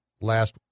last